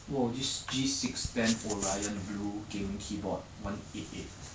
!wow! this G six ten orion blue gaming keyboard one eight eight